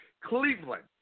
Cleveland